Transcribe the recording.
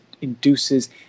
induces